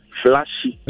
flashy